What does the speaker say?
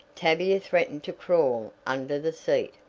tavia threatened to crawl under the seat,